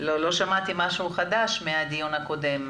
לא שמעתי משהו חדש מהדיון הקודם.